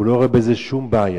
והוא לא רואה בזה שום בעיה,